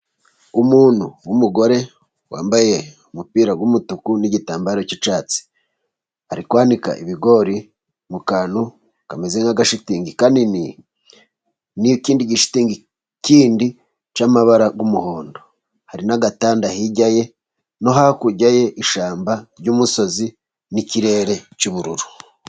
Umuntu w'umugore wambaye umupira w'umutuku ni'gitambaro cy'icyatsi, ari kwanika ibigori mu kantu kameze nk'agashitingi kanini, n'ikindi gishitingi kindi cy'amabara y'umuhondo, hari n'agatanda hirya ye no hakurya ye, ishyamba ry'umusozi n'ikirere cy'ubururu.